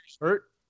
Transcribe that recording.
hurt